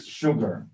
sugar